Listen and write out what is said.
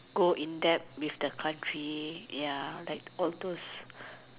go in depth with the country ya like all those